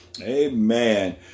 Amen